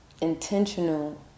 intentional